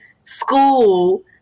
school